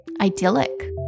idyllic